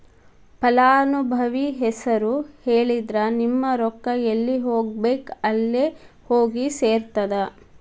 ಫಲಾನುಭವಿ ಹೆಸರು ಹೇಳಿದ್ರ ನಿಮ್ಮ ರೊಕ್ಕಾ ಎಲ್ಲಿ ಹೋಗಬೇಕ್ ಅಲ್ಲೆ ಹೋಗಿ ಸೆರ್ತದ